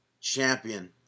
champion